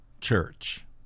church